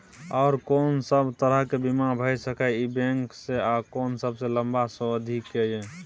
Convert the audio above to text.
आर कोन सब तरह के बीमा भ सके इ बैंक स आ कोन सबसे लंबा अवधि के ये?